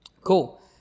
Cool